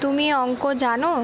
তুমি অঙ্ক জানো